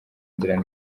nzira